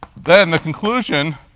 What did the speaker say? then the conclusion